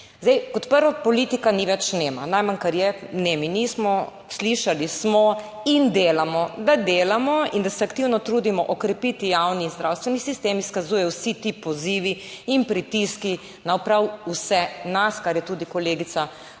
Zdaj kot prvo, politika ni več nema, najmanj, kar je, nemi nismo slišali, smo in delamo. Da delamo in da se aktivno trudimo okrepiti javni zdravstveni sistem, izkazujejo vsi ti pozivi in pritiski na prav vse nas, kar je tudi kolegica malo